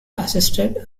assisted